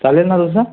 चालेल ना तसं